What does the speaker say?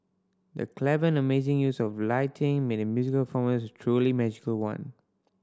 the clever and amazing use of lighting made the musical performance a truly magical one